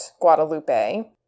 Guadalupe